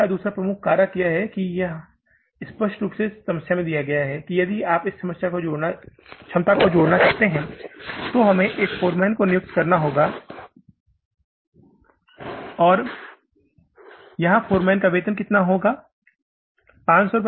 व्यय का दूसरा प्रमुख कारक यह है कि यह स्पष्ट रूप से समस्या में दिया गया है कि यदि आप इस क्षमता को जोड़ना चाहते हैं तो हमें एक फोरमैन को नियुक्त करना होगा और यहां फोरमैन का वेतन कितना होना चाहिए